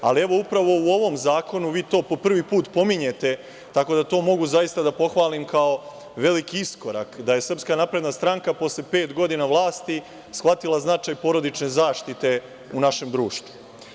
Ali, upravo u ovom zakonu vi to po prvi put pominjete, tako da to mogu zaista da pohvalim kao veliki iskorak, da je SNS posle pet godina vlasti shvatila značaj porodične zaštite u našem društvu.